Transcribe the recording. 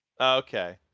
Okay